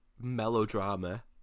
melodrama